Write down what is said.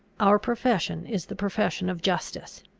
our profession is the profession of justice.